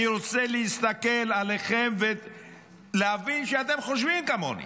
אני רוצה להסתכל עליכם ולהבין שאתם חושבים כמוני,